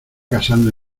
casando